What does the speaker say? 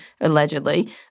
allegedly